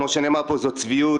זאת צביעות,